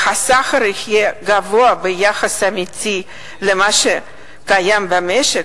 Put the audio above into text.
והשכר יהיה גבוה ביחס אמיתי למה שקיים במשק,